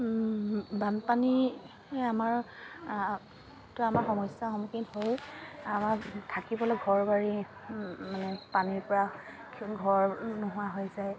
বানপানীয়ে আমাৰ আমাৰটো সমস্যাৰ সন্মুখীন হওঁ আমাৰ থাকিবলৈ ঘৰ বাৰী মানে পানীৰপৰা ঘৰ নোহোৱা হৈ যায়